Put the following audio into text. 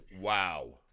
Wow